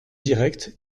directes